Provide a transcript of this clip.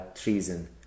treason